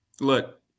look